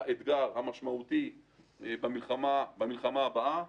זה האתגר המשמעותי במלחמה הבאה,